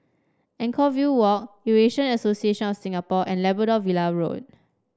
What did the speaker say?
Anchorvale Walk Eurasian Association of Singapore and Labrador Villa Road